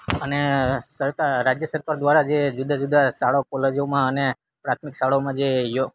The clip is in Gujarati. અને સરકાર રાજ્ય સરકાર દ્વારા જે જુદા જુદા શાળા કોલેજોમાં અને પ્રાથમિક શાળાઓમાં જે યો